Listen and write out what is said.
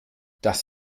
das